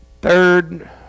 third